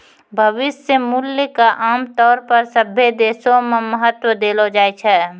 भविष्य मूल्य क आमतौर पर सभ्भे देशो म महत्व देलो जाय छै